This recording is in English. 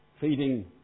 feeding